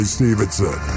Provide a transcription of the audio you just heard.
Stevenson